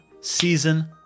season